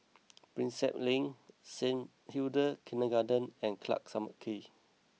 Prinsep Link Saint Hilda's Kindergarten and Clarke some key